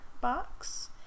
box